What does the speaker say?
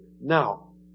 Now